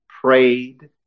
prayed